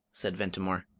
said ventimore,